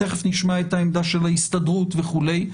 תכף שמע את העמדה של ההסתדרות וכולי.